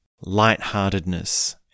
lightheartedness